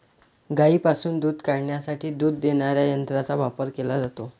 गायींपासून दूध काढण्यासाठी दूध देणाऱ्या यंत्रांचा वापर केला जातो